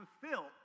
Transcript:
fulfill